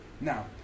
now